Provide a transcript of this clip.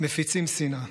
מפיצים שנאה.